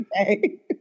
okay